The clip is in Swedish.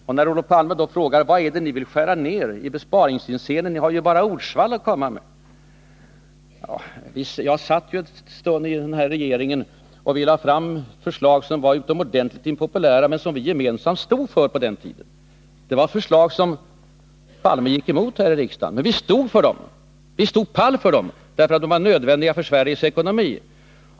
Men Olof Palme frågar: Vad är det ni vill skära ner i besparingshänseende, ni har ju bara ordsvall att komma med? Ja, jag satt ju ett tag i regeringen, och vi lade fram förslag som var utomordentligt impopulära, men som vi gemensamt stod för på den tiden. Det var förslag som Olof Palme gick emot här i riksdagen. Men vi stod för dem, och vi stod fast vid dem därför att de var nödvändiga för Sveriges ekonomi.